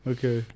Okay